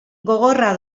gogorra